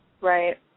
Right